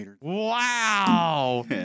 Wow